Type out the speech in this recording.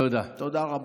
תודה רבה.